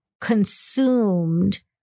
consumed